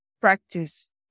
practice